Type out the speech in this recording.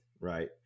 right